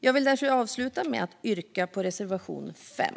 Jag vill avsluta med att yrka bifall till reservation 5.